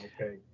Okay